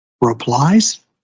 replies